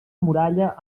muralla